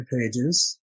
pages